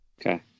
Okay